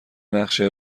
نقشه